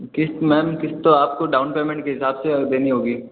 किस्त मैम किस्त तो आपको डाउन पेमेन्ट के हिसाब से देनी होगी